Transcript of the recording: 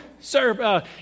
sir